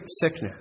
sickness